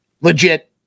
Legit